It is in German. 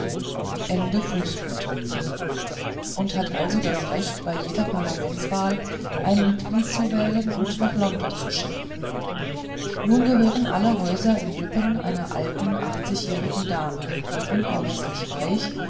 und hat also das recht bei jeder parlamentswahl ein mitglied zu wählen und nach london zu schicken nun gehören alle häuser in ripon einer alten achtzigjährigen dame die unermeßlich reich